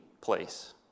place